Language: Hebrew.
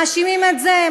מאשימים את זה,